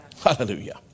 Hallelujah